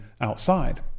outside